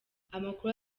amakuru